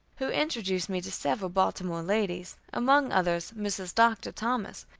who introduced me to several baltimore ladies, among others mrs. doctor thomas,